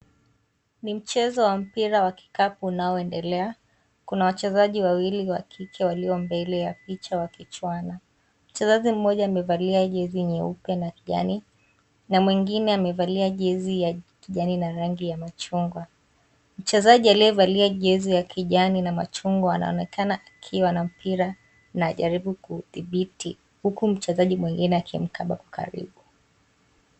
Ni mchezo wa mpira ya kikapu unaoendelea. Kuna wachezaji wawili wa kike walio mbele ya picha wakijuana. Mchezaji mmoja amevalia jesi nyeupe na kijani na mwingine amevalia kijani na rangi ya machungwa. Mchezaji aliyevalia jesi ya kijani na machungwa anaonekana akiwa na mpira na anajaribu kuthibithi huku mchezaji mwingine akimkaba kwa karibu.